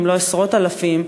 אם לא עשרות אלפים,